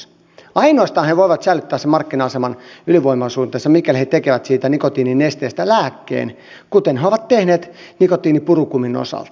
ainoastaan he voivat säilyttää sen markkina aseman ylivoimaosuutensa mikäli he tekevät siitä nikotiininesteestä lääkkeen kuten he ovat tehneet nikotiinipurukumin osalta